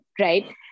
right